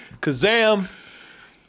Kazam